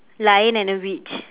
lion and a witch